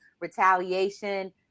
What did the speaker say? retaliation